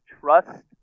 trust